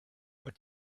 what